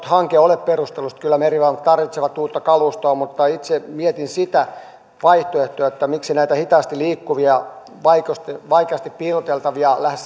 hanke olisi perusteltu kyllä merivoimat tarvitsee uutta kalustoa mutta itse mietin sitä vaihtoehtoa että miksi näitä hitaasti liikkuvia vaikeasti vaikeasti piiloteltavia lähes